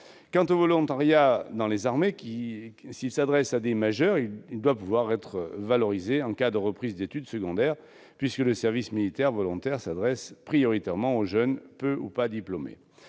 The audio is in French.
Quant au volontariat dans les armées, s'il s'adresse à des majeurs, il doit pouvoir être valorisé en cas de reprise d'études secondaires, le service militaire volontaire concernant prioritairement les jeunes peu ou pas diplômés.